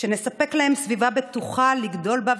שנספק להם סביבה בטוחה לגדול בה,